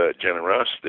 generosity